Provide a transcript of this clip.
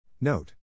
NOTE